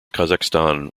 kazakhstan